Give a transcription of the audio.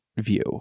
view